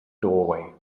doorway